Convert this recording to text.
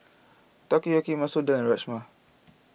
Takoyaki Masoor Dal and Rajma